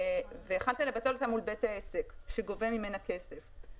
ויכולת לבטל אותה מול בית העסק שגובה ממנה כסף.